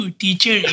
teacher